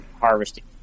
harvesting